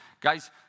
Guys